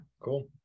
cool